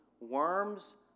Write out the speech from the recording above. worms